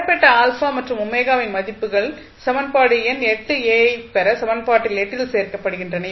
பெறப்பட்ட α மற்றும் ω இன் மதிப்புகள் சமன்பாடு எண் ஐ பெற சமன்பாட்டில் ல் சேர்க்கப்படுகின்றன